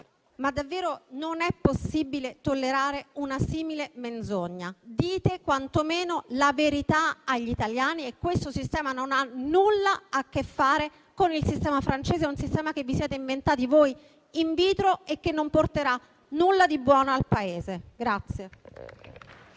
Davvero non è possibile tollerare una simile menzogna. Dite quantomeno la verità agli italiani: questo sistema non ha nulla a che fare con il sistema francese. È un sistema che vi siete inventati voi *in vitro* e che non porterà nulla di buono al Paese.